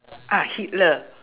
ah hitler